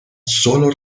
solo